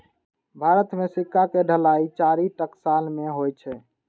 भारत मे सिक्का के ढलाइ चारि टकसाल मे होइ छै